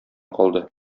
калды